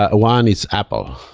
ah one is apple,